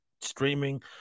streaming